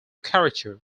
character